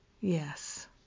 Yes